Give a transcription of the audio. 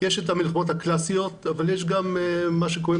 יש את המלחמות הקלאסיות אבל יש גם מה שקוראים